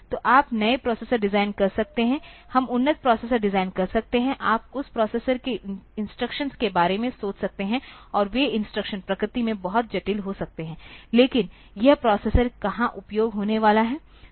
तो आप नए प्रोसेसर डिजाइन कर सकते हैं हम उन्नत प्रोसेसर डिजाइन कर सकते हैं आप उस प्रोसेसर के इंस्ट्रक्शंस के बारे में सोच सकते हैं और वे इंस्ट्रक्शन प्रकृति में बहुत जटिल हो सकते हैं लेकिन यह प्रोसेसर कहां उपयोग होने वाला है